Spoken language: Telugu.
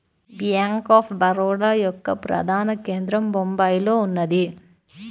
బ్యేంక్ ఆఫ్ బరోడ యొక్క ప్రధాన కేంద్రం బొంబాయిలో ఉన్నది